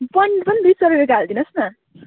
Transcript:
पनिर पनि दुई सय रुपियाँको हालिदिनुहोस् न